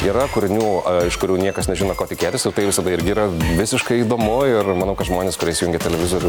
yra kūrinių iš kurių niekas nežino ko tikėtis ir tai visada irgi yra visiškai įdomu ir manau kad žmonės kurie įsijungia televizorių